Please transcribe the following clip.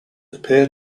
appear